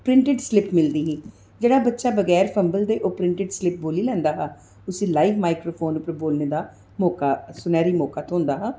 printed slip मिलदी ही जेह्ड़ा बच्चा बगैर फम्बल दे ओह् प्रिंटिड स्लिप बोल्ली लैंदा हा उसी लाईव माईक्रो फोन पर बोलने दा मौका सनैह्री मौका थ्होंदा हा